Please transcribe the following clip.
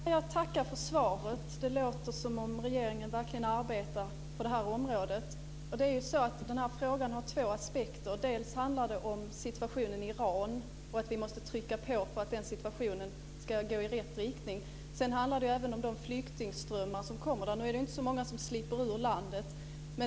Fru talman! Jag tackar för svaret. Det låter som om regeringen verkligen arbetar på det här området. Den här frågan har två aspekter. Det handlar om situationen i Iran och att vi måste trycka på för att utvecklingen ska gå i rätt riktning. Sedan handlar det även om de flyktingströmmar som kommer. Nu är det ju inte så många som slipper ur landet.